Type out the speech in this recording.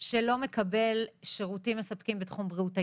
שלא מקבל שירותים מספקים בתום בריאות האישה,